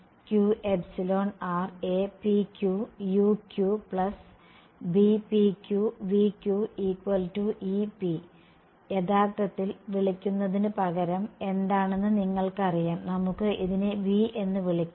qApquqBpqvqep യഥാർത്ഥത്തിൽ വിളിക്കുന്നതിനുപകരം എന്താണെന്ന് നിങ്ങൾക്കറിയാം നമുക്ക് അതിനെ v എന്ന് വിളിക്കാം